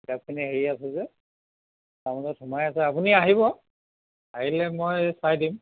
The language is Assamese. কিতাপখিনি হেৰি আছে যে আলমাৰিত সোমাই আছে আপুনি আহিব আহিলে মই চাই দিম